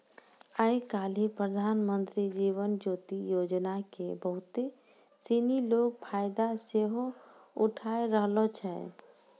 आइ काल्हि प्रधानमन्त्री जीवन ज्योति योजना के बहुते सिनी लोक फायदा सेहो उठाय रहलो छै